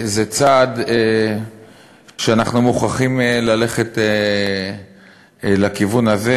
זה צעד שאנחנו מוכרחים ללכת בכיוון הזה,